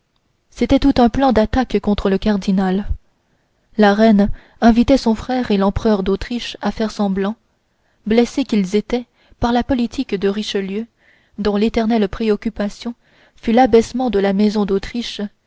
c'était tout un plan d'attaque contre le cardinal la reine invitait son frère et l'empereur d'autriche à faire semblant blessés qu'ils étaient par la politique de richelieu dont l'éternelle préoccupation fut l'abaissement de la maison d'autriche